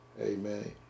Amen